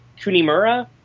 Kunimura